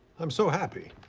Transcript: i'm so happy.